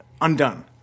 undone